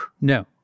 No